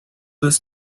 this